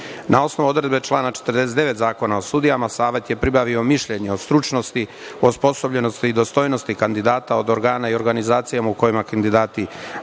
osnovu odredbe člana 49. Zakona o sudijama, Savet je pribavio mišljenje o stručnosti, osposobljenosti i dostojnosti kandidata od organa i organizacijama u kojima kandidati